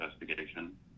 investigation